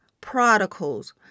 prodigals